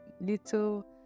little